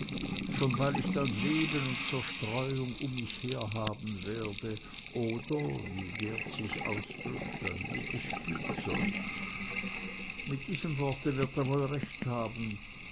schon weil ich dann leben und zerstreuung um mich her haben werde oder wie geert sich ausdrückt ein liebes spielzeug mit diesem wort wird er wohl recht haben